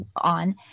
on